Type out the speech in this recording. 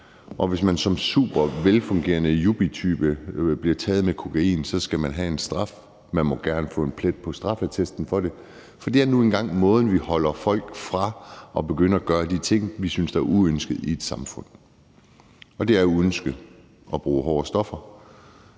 hvis man som supervelfungerende yuppietype bliver taget med kokain, skal have en straf. Man må gerne få en plet på straffeattesten for det, for det er nu engang måden, vi holder folk fra at begynde at gøre de ting, vi synes er uønskede i et samfund. Og det er uønsket, at folk bruger hårde stoffer.